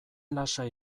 lasai